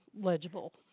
legible